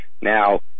Now